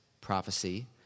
prophecy